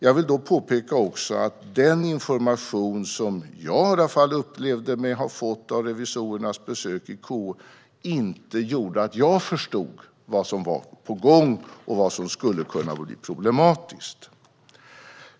Jag vill dock påpeka att den information som i alla fall jag upplever mig ha fått i och med revisorernas besök i KU inte gjorde att jag förstod vad som var på gång och vad som skulle kunna bli problematiskt.